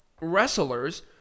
wrestlers